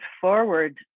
forward